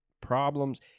problems